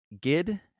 GID